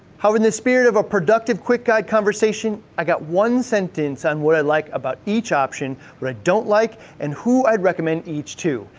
however, in the spirit of a productive quick guide conversation, i got one sentence on what i like about each option, what i don't like, and who i'd recommend each to.